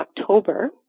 October